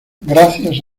gracias